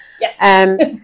yes